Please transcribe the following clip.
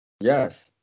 Yes